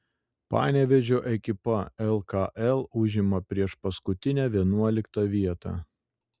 panevėžio ekipa lkl užima priešpaskutinę vienuoliktą vietą